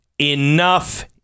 Enough